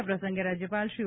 આ પ્રસંગે રાજ્યપાલ શ્રી ઓ